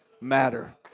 matter